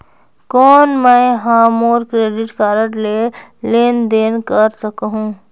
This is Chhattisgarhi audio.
कौन मैं ह मोर क्रेडिट कारड ले लेनदेन कर सकहुं?